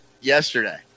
yesterday